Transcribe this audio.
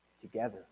together